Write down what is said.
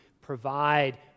provide